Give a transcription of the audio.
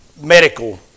medical